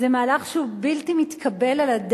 אבל מעבר לזה,